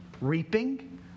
reaping